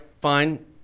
Fine